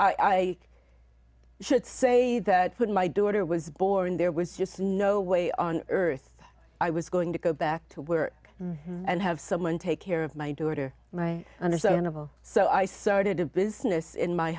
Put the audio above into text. i should say that food my daughter was born there was just no way on earth i was going to go back to work and have someone take care of my daughter my understandable so i started a business in my